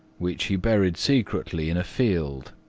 which he buried secretly in a field.